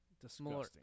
Disgusting